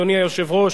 אדוני היושב-ראש,